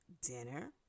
Dinner